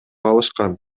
алышкан